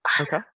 Okay